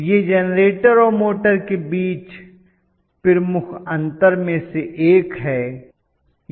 तो यह जेनरेटर और मोटर के बीच प्रमुख अंतर में से एक है